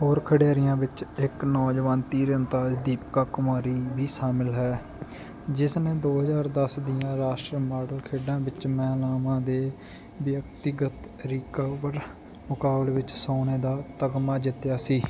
ਹੋਰ ਖਿਡਾਰੀਆਂ ਵਿੱਚ ਇੱਕ ਨੌਜਵਾਨ ਤੀਰਅੰਦਾਜ਼ ਦੀਪਿਕਾ ਕੁਮਾਰੀ ਵੀ ਸ਼ਾਮਲ ਹੈ ਜਿਸ ਨੇ ਦੋ ਹਜ਼ਾਰ ਦਸ ਦੀਆਂ ਰਾਸ਼ਟਰਮੰਡਲ ਖੇਡਾਂ ਵਿੱਚ ਮਹਿਲਾਵਾਂ ਦੇ ਵਿਅਕਤੀਗਤ ਰਿਕਵਰ ਮੁਕਾਬਲੇ ਵਿੱਚ ਸੋਨੇ ਦਾ ਤਗਮਾ ਜਿੱਤਿਆ ਸੀ